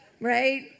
Right